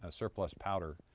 ah surplus powder,